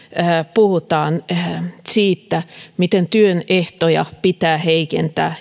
puhutaan siitä miten työn ehtoja pitää heikentää